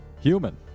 Human